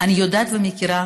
אני יודעת, ומכירה